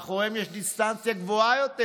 מאחוריהם יש אינסטנציה גבוהה יותר.